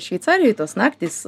šveicarijoj tos naktys